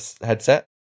headset